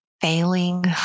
failing